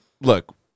look